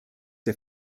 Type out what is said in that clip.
der